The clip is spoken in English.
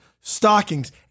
stockings